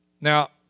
Now